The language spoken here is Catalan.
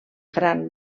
gran